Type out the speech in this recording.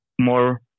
more